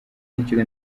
n’ikigo